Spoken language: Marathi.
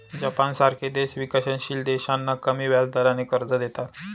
जपानसारखे देश विकसनशील देशांना कमी व्याजदराने कर्ज देतात